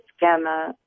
gamma